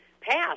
passed